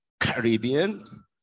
Caribbean